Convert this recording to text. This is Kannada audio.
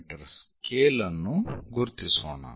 ಮೀ ಸ್ಕೇಲ್ ಅನ್ನು ಗುರುತಿಸೋಣ